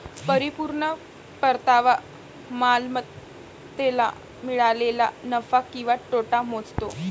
परिपूर्ण परतावा मालमत्तेला मिळालेला नफा किंवा तोटा मोजतो